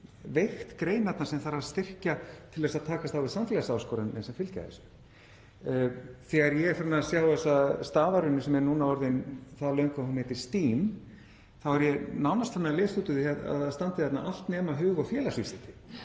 veikt greinarnar sem þarf að styrkja til að takast á við samfélagsáskoranirnar sem fylgja þessu. Þegar ég er farinn að sjá þessa stafarunu sem er núna orðin það löng að hún heitir STEAM þá er ég nánast farinn að lesa út úr því að það standi hérna „allt nema hug- og félagsvísindi“.